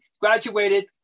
graduated